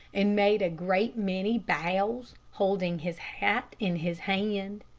and made a great many bows, holding his hat in his hand.